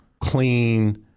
clean